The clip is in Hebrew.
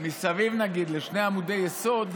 מסביב לשני עמודי יסוד,